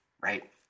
right